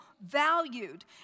valued